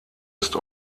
ist